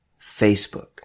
facebook